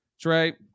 trey